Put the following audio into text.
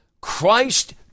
Christ